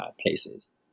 places